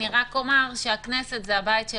רק אומר שהכנסת היא הבית של